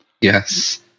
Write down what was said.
Yes